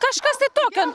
kažkas tai tokio